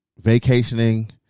vacationing